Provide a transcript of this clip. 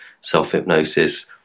self-hypnosis